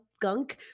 gunk